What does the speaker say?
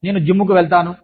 నేను జిమ్ కి వెళ్తాను